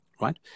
right